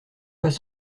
pas